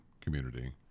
community